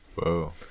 Whoa